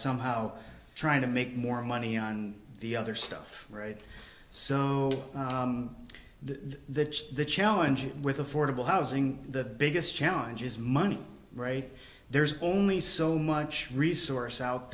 somehow trying to make more money on the other stuff so the challenge with affordable housing the biggest challenge is money right there's only so much resource out